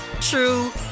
true